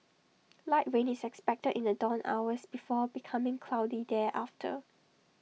light rain is expected in the dawn hours before becoming cloudy thereafter